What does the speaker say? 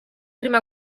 prima